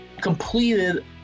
completed